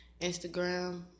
Instagram